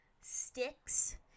sticks